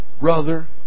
brother